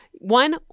One